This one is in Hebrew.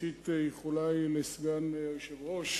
ראשית איחולי לסגן היושב-ראש